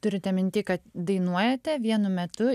turite minty kad dainuojate vienu metu